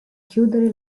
chiudere